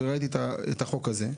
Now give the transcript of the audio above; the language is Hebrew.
וראיתי את החוק הזה.